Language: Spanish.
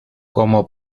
como